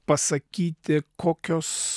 pasakyti kokios